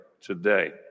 today